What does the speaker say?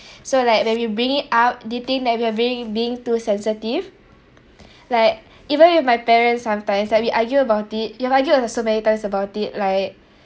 so like when you bring it up they think that we are being being too sensitive like even if my parents sometimes like we argue about it we argued like so many times about it like